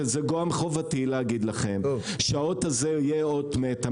וזו גם חובתי להגיד לכם שהאות הזאת תהיה אות מתה,